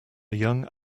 young